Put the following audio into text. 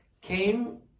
Came